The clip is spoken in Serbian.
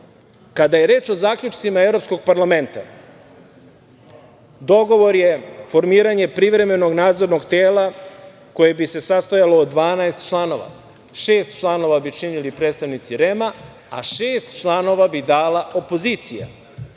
kada je reč o zaključcima Evropskog parlamenta, dogovor je formiranje privremenog nadzornog tela koje bi se sastojalo od 12 članova. Šest članova bi činili predstavnici REM-a, a šest članova bi dala opozicija.